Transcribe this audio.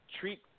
treat